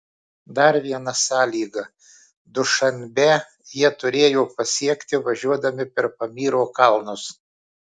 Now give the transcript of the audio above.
dar viena sąlyga dušanbę jie turėjo pasiekti važiuodami per pamyro kalnus